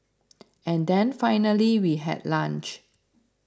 and then finally we had lunch